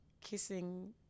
kissing